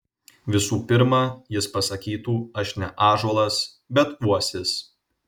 visų pirma jis pasakytų aš ne ąžuolas bet uosis